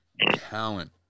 talent